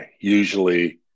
Usually